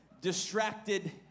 distracted